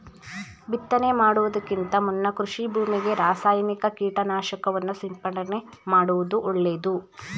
ಬಿತ್ತನೆ ಮಾಡುವುದಕ್ಕಿಂತ ಮುನ್ನ ಕೃಷಿ ಭೂಮಿಗೆ ರಾಸಾಯನಿಕ ಕೀಟನಾಶಕವನ್ನು ಸಿಂಪಡಣೆ ಮಾಡುವುದು ಒಳ್ಳೆದು